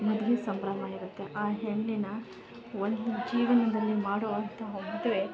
ಮದ್ವೆ ಸಂಭ್ರಮ ಇರುತ್ತೆ ಆ ಹೆಣ್ಣಿನ ಒಂದು ಜೀವನದಲ್ಲಿ ಮಾಡುವಂತಹ ಮದುವೆ